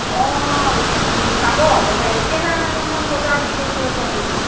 অঁ হেৰি পাব হেৰি কেইটামান বজাৰ টিকেটটো এতিয়া হেৰি কৰিম